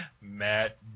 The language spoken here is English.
Matt